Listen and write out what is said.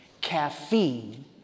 caffeine